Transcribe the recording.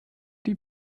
die